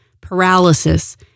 paralysis